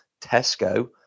tesco